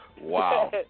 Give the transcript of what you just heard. Wow